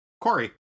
Corey